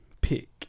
pick